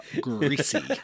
greasy